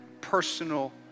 personal